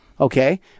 okay